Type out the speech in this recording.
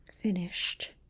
finished